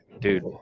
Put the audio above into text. dude